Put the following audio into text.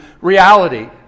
reality